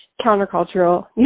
countercultural